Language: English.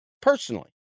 personally